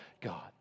God